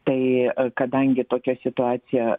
tai ar kadangi tokia situacija